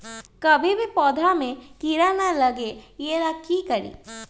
कभी भी पौधा में कीरा न लगे ये ला का करी?